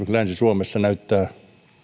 länsi suomessa näyttää